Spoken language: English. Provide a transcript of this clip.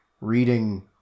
reading